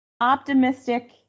optimistic